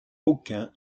aucun